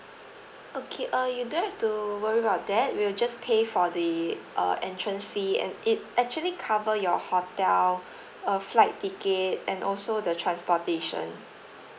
okay uh you don't have to worry about that we'll just pay for the uh entrance fee and it actually cover your hotel uh flight ticket and also the transportation